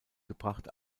gebracht